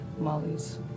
Molly's